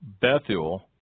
Bethuel